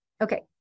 okay